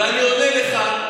ואני עונה לך,